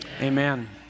Amen